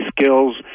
skills